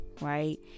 right